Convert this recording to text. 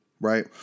right